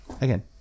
again